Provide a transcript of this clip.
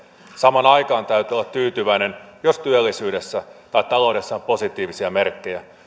samaan aikaan täytyy olla tyytyväinen jos työllisyydessä tai taloudessa on positiivisia merkkejä